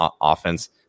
offense